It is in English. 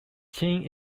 qin